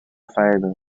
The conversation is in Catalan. faena